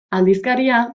aldizkaria